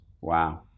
Wow